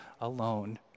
alone